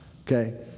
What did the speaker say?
okay